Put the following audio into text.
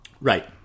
right